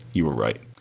you were right.